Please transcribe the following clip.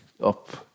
up